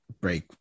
break